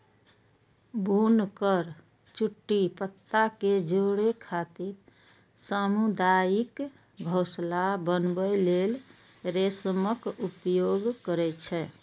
बुनकर चुट्टी पत्ता कें जोड़ै खातिर सामुदायिक घोंसला बनबै लेल रेशमक उपयोग करै छै